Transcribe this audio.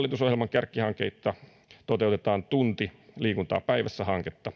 hallitusohjelman kärkihanketta toteutetaan tunti liikuntaa päivässä hanketta